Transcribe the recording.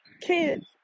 kids